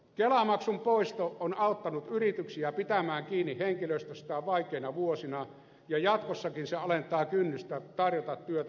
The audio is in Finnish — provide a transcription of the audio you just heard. kelamaksun poisto on auttanut yrityksiä pitämään kiinni henkilöstöstään vaikeina vuosina ja jatkossakin se alentaa kynnystä tarjota työtä suomalaisille